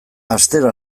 astero